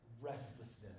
restlessness